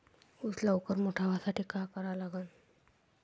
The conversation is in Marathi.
ऊस लवकर मोठा व्हासाठी का करा लागन?